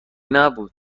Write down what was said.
نبود